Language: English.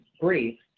brief